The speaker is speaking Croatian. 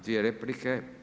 Dvije replike.